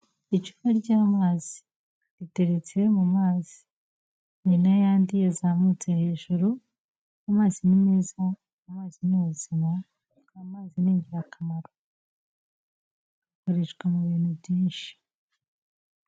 Icupa ry'amazi riteretse mu mazi, hari n'ayandi yazamutse hejuru, amazi ni meza, amazi ni ubuzima, amazi ni ingirakamaro, akoreshwa mu bintu byinshi.